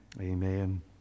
Amen